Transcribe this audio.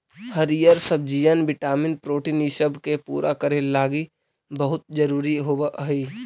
हरीअर सब्जियन vitamin protein ईसब के पूरा करे लागी बहुत जरूरी होब हई